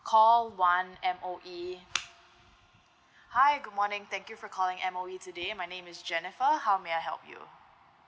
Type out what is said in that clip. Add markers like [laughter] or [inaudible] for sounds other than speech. call one M_O_E [noise] hi good morning thank you for calling M_O_E today my name is jennifer how may I help you